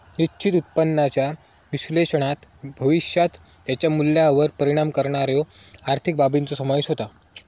निश्चित उत्पन्नाच्या विश्लेषणात भविष्यात त्याच्या मूल्यावर परिणाम करणाऱ्यो आर्थिक बाबींचो समावेश होता